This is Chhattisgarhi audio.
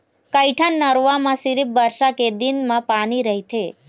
कइठन नरूवा म सिरिफ बरसा के दिन म पानी रहिथे